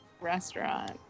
restaurant